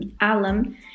Alum